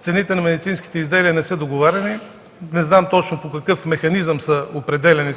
цените на медицинските изделия не са договаряни. Не знам точно по какъв механизъм са определяни,